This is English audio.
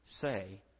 say